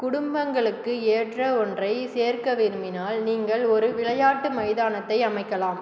குடும்பங்களுக்கு ஏற்ற ஒன்றை சேர்க்க விரும்பினால் நீங்கள் ஒரு விளையாட்டு மைதானத்தை அமைக்கலாம்